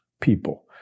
people